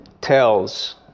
tells